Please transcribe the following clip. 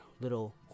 Little